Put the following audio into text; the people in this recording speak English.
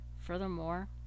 furthermore